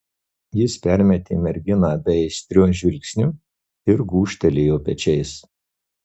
jis permetė merginą beaistriu žvilgsniu ir gūžtelėjo pečiais